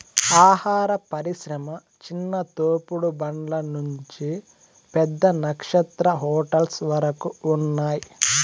ఆహార పరిశ్రమ చిన్న తోపుడు బండ్ల నుంచి పెద్ద నక్షత్ర హోటల్స్ వరకు ఉన్నాయ్